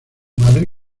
madre